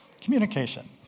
communication